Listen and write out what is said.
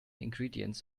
ingredients